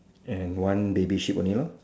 and one baby sheep only lor